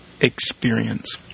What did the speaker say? experience